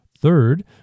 Third